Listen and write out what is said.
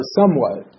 somewhat